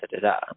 da-da-da